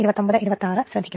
44 ohm ആയിരിക്കും